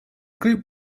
group